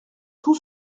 tout